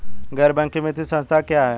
गैर बैंकिंग वित्तीय संस्था क्या है?